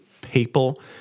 papal